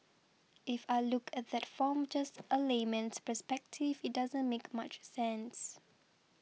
if I look at that from just a layman's perspective it doesn't make much sense